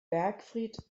bergfried